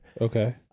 Okay